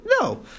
No